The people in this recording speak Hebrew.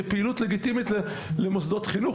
כפעילות לגיטימית למוסדות חינוך,